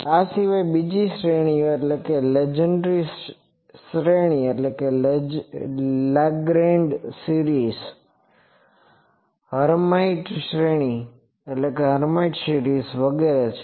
આ સિવાય બીજી શ્રેણીઓ લિજેન્ડ્રે શ્રેણી હર્માઇટ શ્રેણી વગેરે છે